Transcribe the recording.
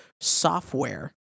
software